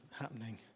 happening